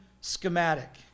schematic